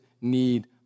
need